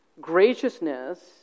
graciousness